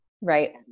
Right